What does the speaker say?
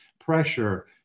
pressure